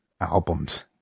albums